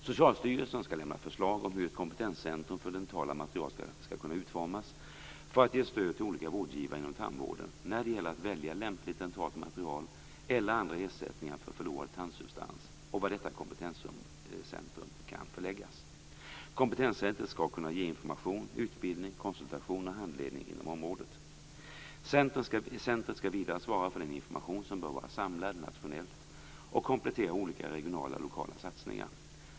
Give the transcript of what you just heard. Socialstyrelsen skall lämna förslag om hur ett kompetenscentrum för dentala material skall kunna utformas för att ge stöd till olika vårdgivare inom tandvården när det gäller att välja lämpligt dentalt material eller andra ersättningar för förlorad tandsubstans och var detta kompetenscentrum kan förläggas. Kompetenscentrumet skall kunna ge information, utbildning, konsultation och handledning inom området. Centrumet skall vidare svara för den information som bör vara samlad nationellt och komplettera olika regionala och lokala satsningar.